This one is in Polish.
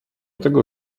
tego